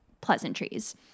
pleasantries